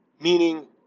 Meaning